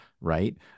right